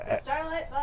starlight